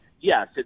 Yes